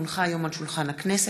כי הונחה היום על שולחן הכנסת,